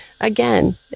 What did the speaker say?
again